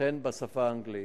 וכן בשפה האנגלית.